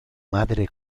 madre